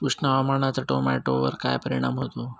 उष्ण हवामानाचा टोमॅटोवर काय परिणाम होतो?